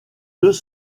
deux